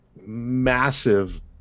massive